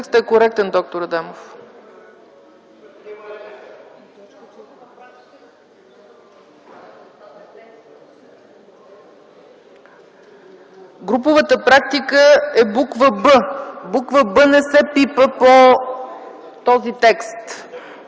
Текстът е коректен д-р Адемов. Груповата практика е буква „б”. Буква „б” не се пипа по този текст.